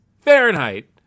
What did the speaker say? Fahrenheit